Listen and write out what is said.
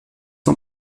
ans